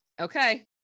Okay